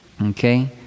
Okay